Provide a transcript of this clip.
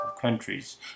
countries